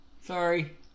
sorry